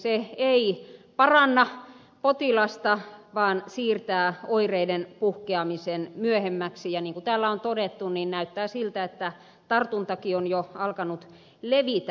se ei paranna potilasta vaan siirtää oireiden puhkeamisen myöhemmäksi ja niin kuin täällä on todettu näyttää siltä että tartuntakin on jo alkanut levitä